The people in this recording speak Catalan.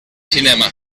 cinema